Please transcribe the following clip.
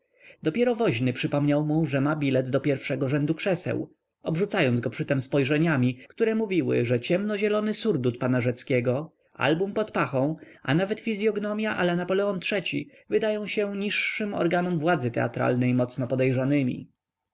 dopiero woźny przypomniał mu że ma bilet do pierwszego rzędu krzeseł obrzucając go przytem spojrzeniami które mówiły że ciemnozielony surdut pana rzeckiego album pod pachą a nawet fizyognomia la napoleon iii-ci wydają się niższym organom władzy teatralnej mocno podejrzanemi